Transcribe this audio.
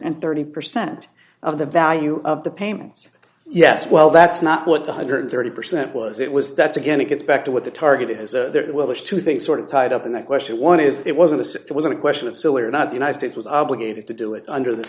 and thirty percent of the value of the payments yes well that's not what the one hundred and thirty percent was it was that's again it gets back to what the target is there well there's two things sort of tied up in that question one is it wasn't as it was a question of silly or not the united states was obligated to do it under the